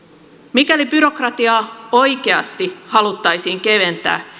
mikäli byrokratiaa oikeasti haluttaisiin keventää